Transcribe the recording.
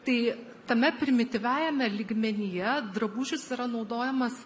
tai tame primityviajame lygmenyje drabužis yra naudojamas